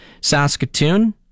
Saskatoon